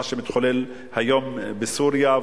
ומה שמתחולל היום בסוריה,